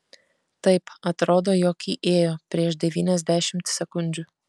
taip atrodo jog įėjo prieš devyniasdešimt sekundžių